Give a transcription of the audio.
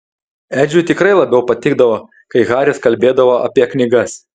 edžiui tikrai labiau patikdavo kai haris kalbėdavo apie knygas